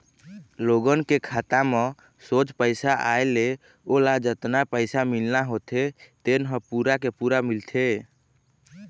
लोगन के खाता म सोझ पइसा आए ले ओला जतना पइसा मिलना होथे तेन ह पूरा के पूरा मिलथे